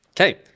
Okay